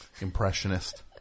impressionist